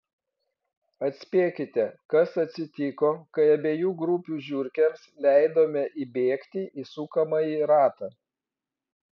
atspėkite kas atsitiko kai abiejų grupių žiurkėms leidome įbėgti į sukamąjį ratą